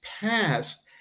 passed